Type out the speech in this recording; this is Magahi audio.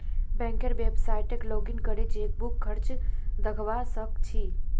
बैंकेर वेबसाइतट लॉगिन करे चेकबुक खर्च दखवा स ख छि